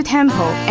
Temple